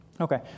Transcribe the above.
Okay